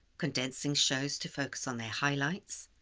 condensing shows to focus on their highlights,